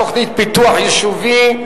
תוכנית פיתוח יישובי: